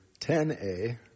10a